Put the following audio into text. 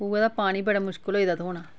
खूहे दा पानी बड़ा मुश्कल होई जंदा थ्होना